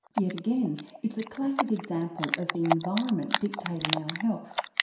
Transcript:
yet again it's a classic example of the environment dictating our health.